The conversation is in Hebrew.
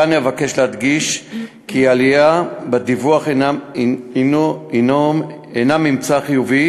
כאן אבקש להדגיש כי עלייה בדיווח הנה ממצא חיובי,